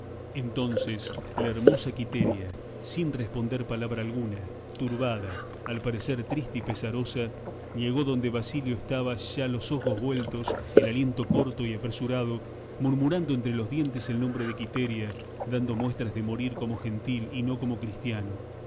entonces la hermosa quiteria sin responder palabra alguna turbada al parecer triste y pesarosa llegó donde basilio estaba ya los ojos vueltos el aliento corto y apresurado murmurando entre los dientes el nombre de quiteria dando muestras de morir como gentil y no como cristiano